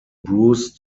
bruce